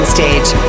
Stage